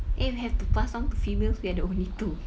if have to pass down to females we are the only two